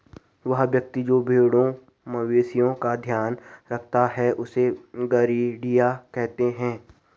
वह व्यक्ति जो भेड़ों मवेशिओं का ध्यान रखता है उससे गरेड़िया कहते हैं